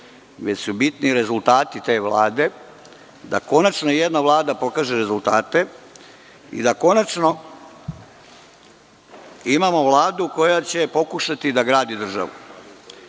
već su bitni rezultati te vlade, da konačno jedna vlada pokaže rezultate i da konačno imamo vladu koja će pokušati da gradi državu. Da